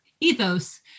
ethos